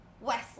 Wesley